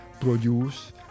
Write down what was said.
produce